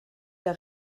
der